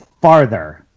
farther